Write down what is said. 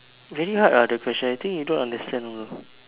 very hard ah the question I think you don't understand over